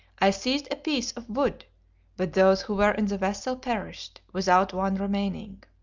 i seized a piece of wood but those who were in the vessel perished, without one remaining.